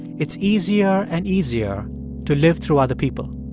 it's easier and easier to live through other people.